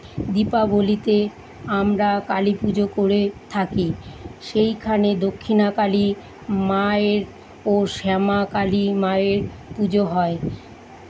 দীপাবলিতে আমরা কালীপুজো করে থাকি সেইখানে দক্ষিণা কালী মায়ের ও শ্যামা কালী মায়ের পুজো হয়